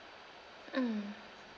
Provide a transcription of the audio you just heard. mm